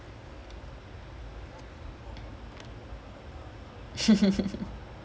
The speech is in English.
ya I thought it'll be a flop lah number seven lor or ronaldo